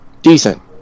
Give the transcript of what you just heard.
decent